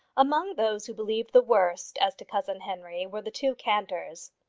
among those who believed the worst as to cousin henry were the two cantors.